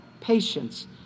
patience